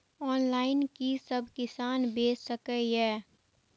Online कि सब किसान बैच सके ये?